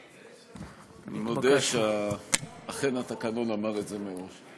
אני מודה שאכן התקנון אמר את זה מראש.